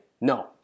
No